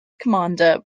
commander